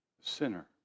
sinner